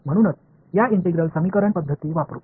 म्हणूनच या इंटिग्रल समीकरण पद्धती वापरु